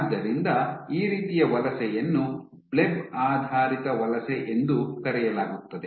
ಆದ್ದರಿಂದ ಈ ರೀತಿಯ ವಲಸೆಯನ್ನು ಬ್ಲೆಬ್ ಆಧಾರಿತ ವಲಸೆ ಎಂದು ಕರೆಯಲಾಗುತ್ತದೆ